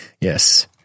Yes